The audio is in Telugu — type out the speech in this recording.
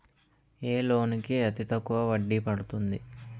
ఏ లోన్ కి అతి తక్కువ వడ్డీ పడుతుంది?